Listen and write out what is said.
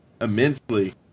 immensely